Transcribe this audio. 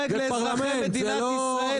לאזרחי מדינת ישראל.